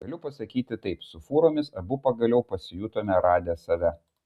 galiu pasakyti taip su fūromis abu pagaliau pasijutome radę save